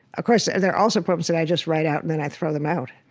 ah course, and there are also poems that i just write out and then i throw them out.